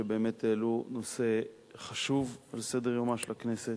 שבאמת העלו נושא חשוב על סדר-יומה של הכנסת,